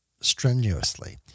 strenuously